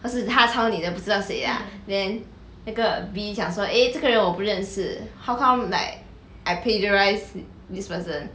可是他抄你的不知道谁啊 then 那个 B 想说 eh 这个人我不认识 how come like I plagiarized this person